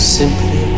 simply